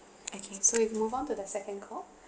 okay so we move on to the second call